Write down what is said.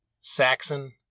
Saxon